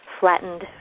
flattened